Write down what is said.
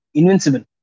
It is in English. invincible